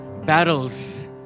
battles